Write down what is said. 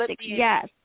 yes